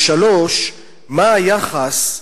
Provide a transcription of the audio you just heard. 3. מה היחס,